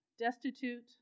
destitute